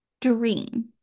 dream